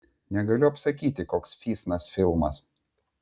negaliu apsakyti koks fysnas filmas